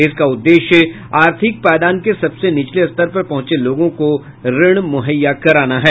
इसका उद्देश्य आर्थिक पायदान के सबसे निचले स्तर पर पहुंचे लोगों को ऋण मुहैया कराना है